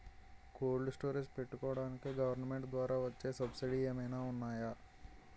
Cold storage పెట్టుకోడానికి government ద్వారా వచ్చే సబ్సిడీ ఏమైనా ఉన్నాయా?